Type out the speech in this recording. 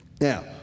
Now